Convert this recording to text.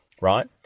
right